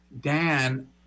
Dan